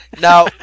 Now